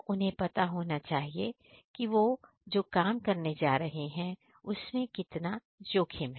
उनको पता होना चाहिए कि वह जो काम करने जा रहे हैं उसमें कितना जोखिम है